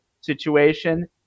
situation